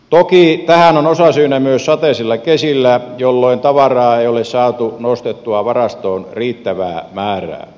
toki tähän ovat osasyynä myös sateiset kesät jolloin tavaraa ei ole saatu nostettua varastoon riittävää määrää